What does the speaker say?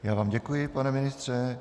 Já vám děkuji, pane ministře.